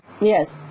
Yes